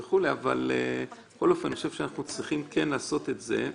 אני חושב שאנחנו צריכים לעשות את זה,